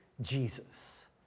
Jesus